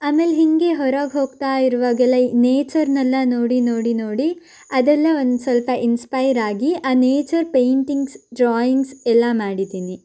ಆಮೇಲೆ ಹೀಗೆ ಹೊರಗೆ ಹೋಗ್ತಾ ಇರುವಾಗೆಲ್ಲ ನೇಚರ್ನೆಲ್ಲ ನೋಡಿ ನೋಡಿ ನೋಡಿ ಅದೆಲ್ಲ ಒಂದು ಸ್ವಲ್ಪ ಇನ್ಸ್ಪೈರ್ ಆಗಿ ಆ ನೇಚರ್ ಪೈಂಟಿಂಗ್ಸ್ ಡ್ರಾಯಿಂಗ್ಸ್ ಎಲ್ಲ ಮಾಡಿದ್ದೀನಿ